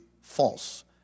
False